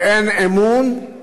ואין אמון,